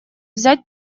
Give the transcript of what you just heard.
взять